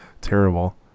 Terrible